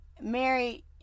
Mary